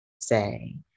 say